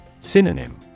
Synonym